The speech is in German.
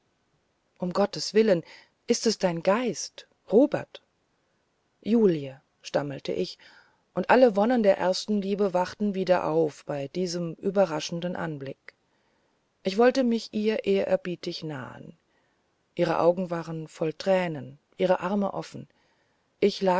um gotteswillen ist es dein geist robert julie stammelte ich und alle wonnen der ersten liebe wachten wieder auf bei diesem überraschenden anblick ich wollte mich ihr ehrerbietig nahen ihre augen waren voll tränen ihre arme offen ich